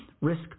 risk